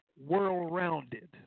world-rounded